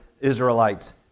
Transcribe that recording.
Israelites